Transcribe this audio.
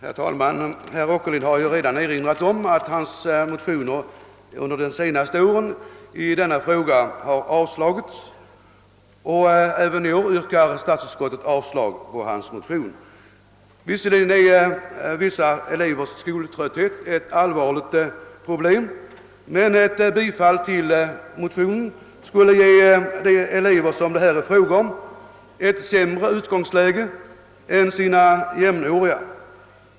Herr talman! Herr Åkerlind har redan erinrat om att hans motioner under de senaste åren i denna fråga har avslagits. Även i år föreslår statsutskot tet avslag på hans motion. Visserligen är vissa elevers skoltrötthet ett allvarligt problem, men ett bifall till motionen skulle ge de elever som det här är fråga om ett sämre utgångsläge än deras jämnåriga.